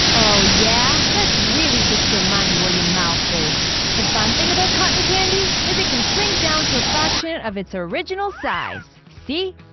oh yeah? let's really put your money where your mouth is. the fun thing about cotton candy is it can shrink down to a fraction of its original size. see?